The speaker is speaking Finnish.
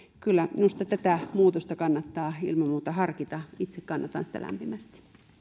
kyllä minusta tätä muutosta kannattaa ilman muuta harkita itse kannatan sitä lämpimästi